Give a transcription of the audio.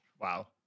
Wow